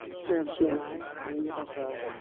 chair of c and i can you give us? ah